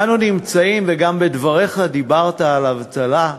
אנו נמצאים, וגם בדבריך דיברת על האבטלה,